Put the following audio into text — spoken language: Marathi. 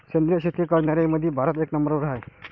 सेंद्रिय शेती करनाऱ्याईमंधी भारत एक नंबरवर हाय